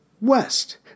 west